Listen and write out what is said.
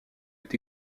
est